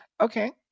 okay